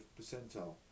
percentile